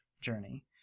journey